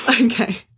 Okay